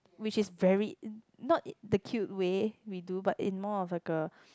which is very not in the cute way we do but in more of like a